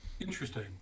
Interesting